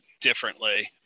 differently